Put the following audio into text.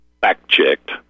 fact-checked